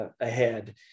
ahead